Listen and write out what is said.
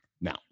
Now